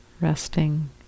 Resting